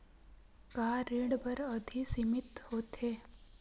का ऋण बर अवधि सीमित होथे?